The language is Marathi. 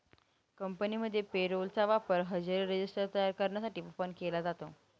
कंपनीमध्ये पे रोल चा वापर हजेरी रजिस्टर तयार करण्यासाठी पण केला जातो